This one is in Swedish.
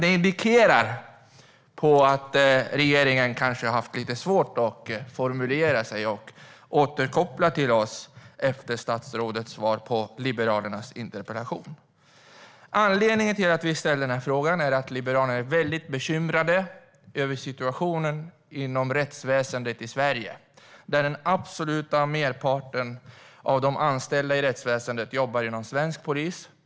Detta indikerar att regeringen kanske har haft lite svårt att formulera sig och återkoppla till oss efter statsrådets svar på Liberalernas interpellation. En anledning till att jag har ställt denna interpellation är att Liberalerna är mycket bekymrade över situationen inom rättsväsendet i Sverige, där den absoluta merparten av de anställda i rättsväsendet jobbar inom svensk polis.